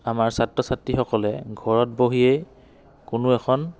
আমাৰ ছাত্ৰ ছাত্ৰীসকলে ঘৰত বহিয়েই কোনো এখন